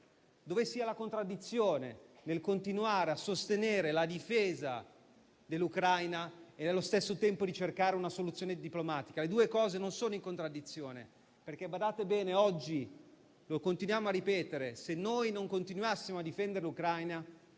dove sia la contraddizione nel continuare a sostenere la difesa dell'Ucraina e nello stesso tempo cercare una soluzione diplomatica. Le due cose non sono in contraddizione, perché - badate bene - oggi, come abbiamo già detto, se noi non continuassimo a difendere l'Ucraina,